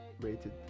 rated